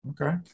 Okay